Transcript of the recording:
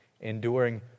enduring